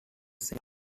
saint